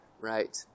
right